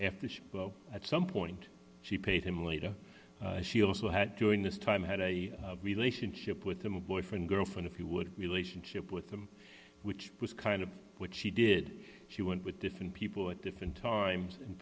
she at some point she paid him later she also had during this time had a relationship with them a boyfriend girlfriend if you would relationship with them which was kind of what she did she went with different people at different times and